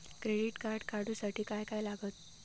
Credit card काढूसाठी काय काय लागत?